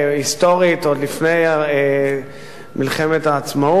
היסטורית עוד לפני מלחמת העצמאות,